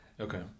Okay